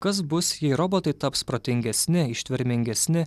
kas bus jei robotai taps protingesni ištvermingesni